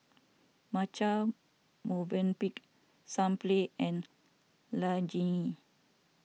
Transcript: Marche Movenpick Sunplay and Laneige